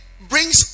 brings